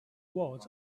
was